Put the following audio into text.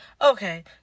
okay